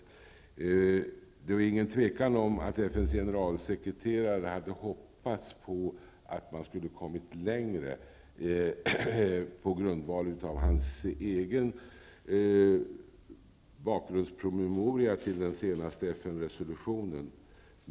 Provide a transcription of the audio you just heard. Det är inget tvivel om att FNs generalsekreterare hade hoppats att man skulle ha kommit längre på grundval av hans egen bakgrundspromemoria till den senaste FN-resolutionen.